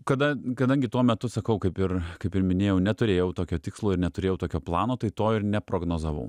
kada kadangi tuo metu sakau kaip ir kaip ir minėjau neturėjau tokio tikslo ir neturėjau tokio plano tai to ir neprognozavau